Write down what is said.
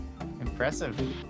impressive